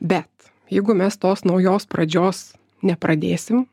bet jeigu mes tos naujos pradžios nepradėsim